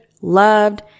loved